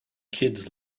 kids